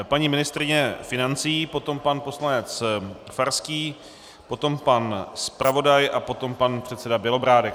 Paní ministryně financí, potom pan poslanec Farský, potom pan zpravodaj a potom pan předseda Bělobrádek.